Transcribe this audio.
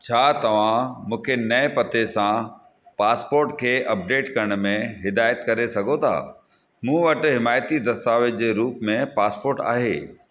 छा तव्हां मूंखे नये पते सां पासपोर्ट खे अपडेट करण में हिदाइत करे सघो था मूं वटि हिमाइती दस्तावेज़ जे रूप में पासपोर्ट आहे